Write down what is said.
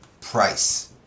price